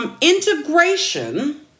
integration